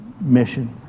mission